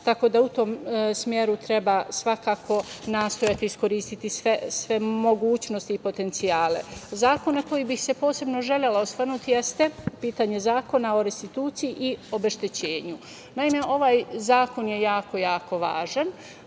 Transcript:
Tako da, u tom smeru treba svakako nastojati iskoristiti sve mogućnosti i potencijale. Zakon na koji bih se posebno želela osvrnuti jeste pitanje zakona o restituciji i obeštećenju. Naime, ovaj zakon je jako, jako važan.